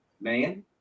man